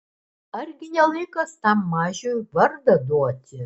argi ne laikas tam mažiui vardą duoti